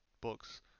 books